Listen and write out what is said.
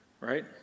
right